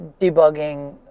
debugging